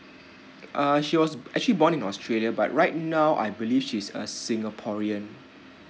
uh she was actually born in australia but right now I believe she's a singaporean